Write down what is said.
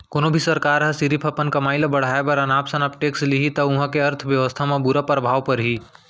कोनो भी सरकार ह सिरिफ अपन कमई ल बड़हाए बर अनाप सनाप टेक्स लेहि त उहां के अर्थबेवस्था म बुरा परभाव परही